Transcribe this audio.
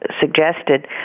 suggested